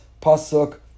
pasuk